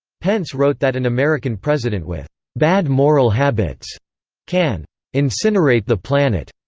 pence wrote that an american president with bad moral habits can incinerate the planet,